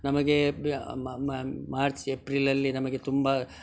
ನಮಗೇ ಬೆ ಮಾ ಮಾರ್ಚ್ ಏಪ್ರಿಲಲ್ಲಿ ನಮಗೆ ತುಂಬಾ